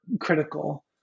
critical